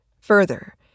Further